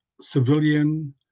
civilian